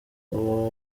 uwo